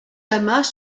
amas